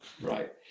Right